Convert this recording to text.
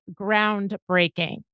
groundbreaking